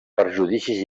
perjudicis